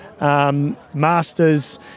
Masters